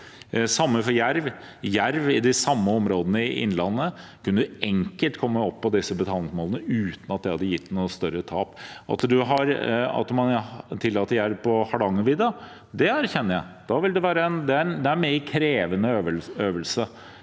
samme for jerv. I de samme områdene i Innlandet kunne jerv enkelt komme opp på disse bestandsmålene uten at det hadde gitt noe større tap. At man tillater jerv på Hardangervidda, erkjenner jeg er en mer krevende øvelse,